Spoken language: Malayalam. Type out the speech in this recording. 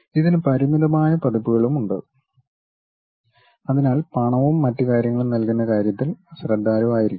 ഇതിന് പരിമിതമായ പതിപ്പുകളുണ്ട് അതിനാൽ പണവും മറ്റ് കാര്യങ്ങളും നൽകുന്ന കാര്യത്തിൽ ശ്രദ്ധാലുവായിരിക്കണം